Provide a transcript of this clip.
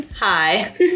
Hi